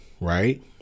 Right